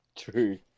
True